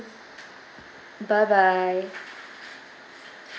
bye bye